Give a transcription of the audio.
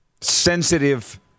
sensitive